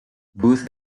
booth